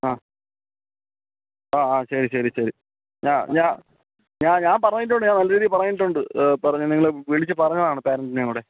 ആ ആ ആ ശരി ശരി ശരി ഞാൻ ഞാൻ ഞാൻ പറഞ്ഞിട്ടുണ്ട് ഞാൻ നല്ല രീതീ പറഞ്ഞിട്ടുണ്ട് പറഞ്ഞു നിങ്ങളെ വിളിച്ചു പറഞ്ഞതാണ് പേരൻ്റിനേയും കൂടെ